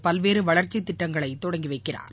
பல்வேறு வளர்ச்சித் திட்டங்களை தொடங்கி வைக்கிறார்